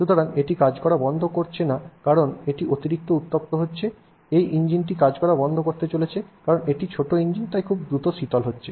সুতরাং এটি কাজ করা বন্ধ করছে না কারণ এটি অতিরিক্ত উত্তপ্ত হচ্ছে এই ইঞ্জিনটি কাজ বন্ধ করতে চলেছে কারণ এটি ছোট তাই ইঞ্জিনটি খুব দ্রুত শীতল হচ্ছে